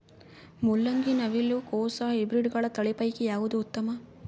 ಮೊಲಂಗಿ, ನವಿಲು ಕೊಸ ಹೈಬ್ರಿಡ್ಗಳ ತಳಿ ಪೈಕಿ ಯಾವದು ಉತ್ತಮ?